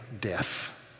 death